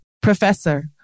Professor